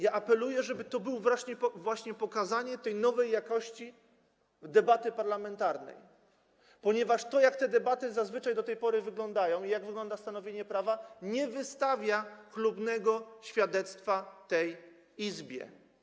Ja apeluję, żeby to było właśnie pokazanie nowej jakości debaty parlamentarnej, ponieważ to, jak te debaty zazwyczaj wyglądają i jak wygląda stanowienie prawa, nie wystawia chlubnego świadectwa tej Izbie.